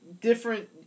different